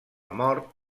mort